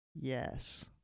Yes